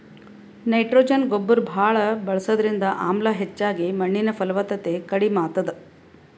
nitrogen ಗೊಬ್ಬರ್ ಭಾಳ್ ಬಳಸದ್ರಿಂದ ಆಮ್ಲ ಹೆಚ್ಚಾಗಿ ಮಣ್ಣಿನ್ ಫಲವತ್ತತೆ ಕಡಿಮ್ ಆತದ್